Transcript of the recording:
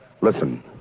Listen